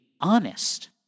honest